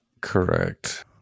Correct